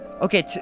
Okay